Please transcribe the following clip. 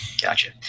Gotcha